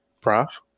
Prof